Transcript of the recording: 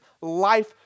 life